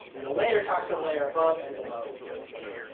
and a layer talks the layer above and below you.